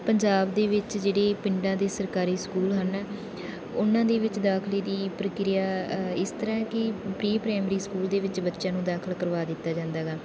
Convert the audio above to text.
ਪੰਜਾਬ ਦੇ ਵਿੱਚ ਜਿਹੜੀ ਪਿੰਡਾਂ ਦੇ ਸਰਕਾਰੀ ਸਕੂਲ ਹਨ ਉਹਨਾਂ ਦੇ ਵਿੱਚ ਦਾਖਲੇ ਦੀ ਪ੍ਰਕਿਰਿਆ ਇਸ ਤਰ੍ਹਾਂ ਹੈ ਕਿ ਪ੍ਰੀ ਪ੍ਰਾਇਮਰੀ ਸਕੂਲ ਦੇ ਵਿੱਚ ਬੱਚਿਆਂ ਨੂੰ ਦਾਖਲ ਕਰਵਾ ਦਿੱਤਾ ਜਾਂਦਾ ਗਾ